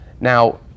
Now